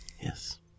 Yes